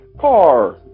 car